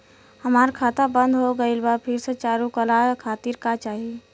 हमार खाता बंद हो गइल बा फिर से चालू करा खातिर का चाही?